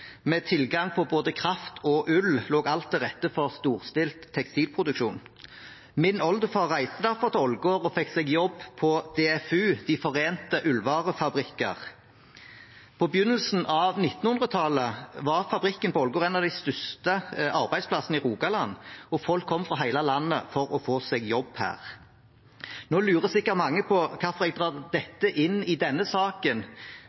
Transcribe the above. Med tilgang på både kraft og ull lå alt til rette for storstilt tekstilproduksjon. Min oldefar reiste derfor til Ålgård og fikk seg jobb på DFU, De Forenede Ullvarefabrikker. På begynnelsen av 1900-tallet var fabrikken på Ålgård en av de største arbeidsplassene i Rogaland, og folk kom fra hele landet for å få seg jobb der. Nå lurer sikkert mange på hvorfor jeg drar dette inn i denne saken.